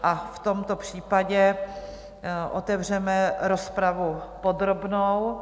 V tomto případě otevřeme rozpravu podrobnou.